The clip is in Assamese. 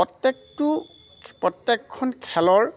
প্ৰত্যেকটো প্ৰত্যেকখন খেলৰ